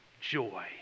joy